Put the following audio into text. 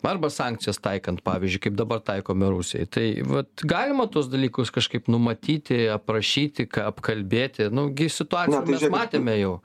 arba sankcijas taikant pavyzdžiui kaip dabar taikome rusijai tai vat galima tuos dalykus kažkaip numatyti aprašyti ką apkalbėti nu gi situaciją mes matėme jau